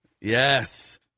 Yes